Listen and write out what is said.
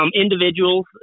individuals